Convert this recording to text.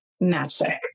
magic